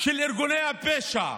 של ארגוני הפשע,